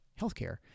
healthcare